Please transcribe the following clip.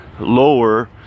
Lower